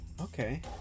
Okay